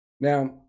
Now